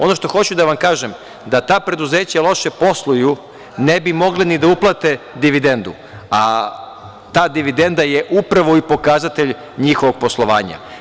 Ono što hoću da vam kažem, da ta preduzeća loše posluju, ne bi mogla ni da uplate dividendu, a ta dividenda je upravo i pokazatelj njihovog poslovanja.